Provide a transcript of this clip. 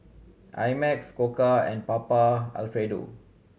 I Max Koka and Papa Alfredo